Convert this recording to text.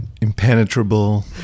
impenetrable